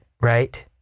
Right